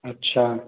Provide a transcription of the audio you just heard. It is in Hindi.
अच्छा